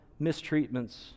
mistreatments